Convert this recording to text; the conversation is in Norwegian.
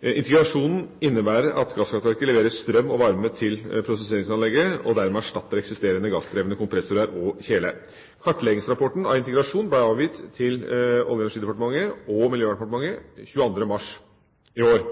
Integrasjonen innebærer at gasskraftverket leverer strøm og varme til gassprosesseringsanlegget, og dermed erstatter eksisterende gassdrevne kompressorer og kjeler. Kartleggingsrapporten om integrasjon ble avgitt til Olje- og energidepartementet og Miljøverndepartementet 22. mars i år.